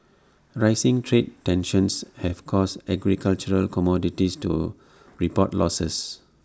rising trade tensions have caused agricultural commodities to report losses